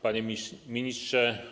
Panie Ministrze!